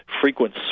frequent